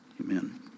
Amen